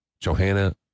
Johanna